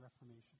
reformation